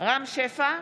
רם שפע,